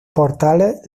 portales